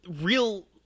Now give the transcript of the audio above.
real